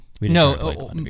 No